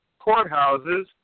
courthouses